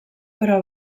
però